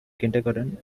kindergarten